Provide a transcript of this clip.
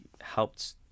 helped